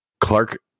clark